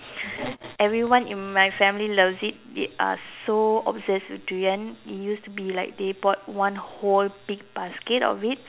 everyone in my family loves it they are so obsessed with durian it used to be like they bought one whole big basket of it